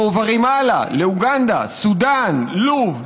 מועברים הלאה לאוגנדה, לסודאן, ללוב.